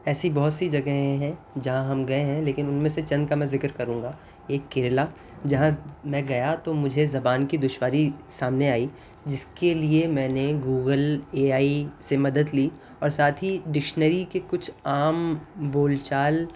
ایسی بہت سی جگہیں ہیں جہاں ہم گئے ہیں لیکن ان میں سے چند کا میں ذکر کروں گا ایک کیرلا جہاں میں گیا تو مجھے زبان کی دشواری سامنے آئی جس کے لیے میں نے گوگل اے آئی سے مدد لی اور ساتھ ہی ڈکشنری کے کچھ عام بول چال